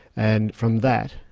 and from that,